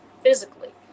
physically